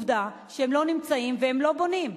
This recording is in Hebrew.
עובדה שהם לא נמצאים ולא בונים.